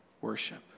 worship